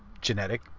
genetic